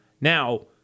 Now